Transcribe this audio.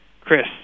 Chris